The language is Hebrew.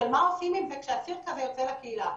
שמה עושים כשאסיר כזה יוצא לקהילה.